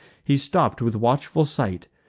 he stopp'd with watchful sight,